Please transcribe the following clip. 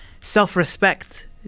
self-respect